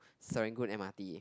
Serangoon m_r_t